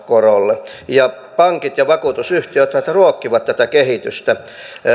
korolle pankit ja vakuutusyhtiöthän ruokkivat tätä kehitystä